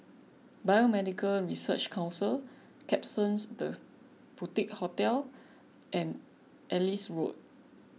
Biomedical Research Council Klapsons the Boutique Hotel and Ellis Road